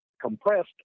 compressed